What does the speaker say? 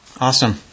Awesome